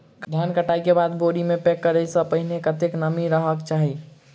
धान कटाई केँ बाद बोरी मे पैक करऽ सँ पहिने कत्ते नमी रहक चाहि?